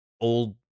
old